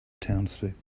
townspeople